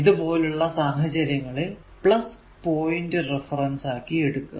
ഇത് പോലുള്ള സാഹചര്യങ്ങളിൽ പോയിന്റ് റഫറൻസ് ആയി എടുക്കുക